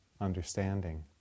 understanding